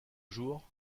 jours